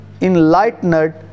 enlightened